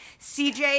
CJ